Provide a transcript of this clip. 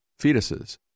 fetuses